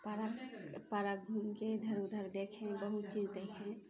पारक पारक घूम के इधर उधर देखे बहुत चीज देखे